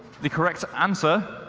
the correct answer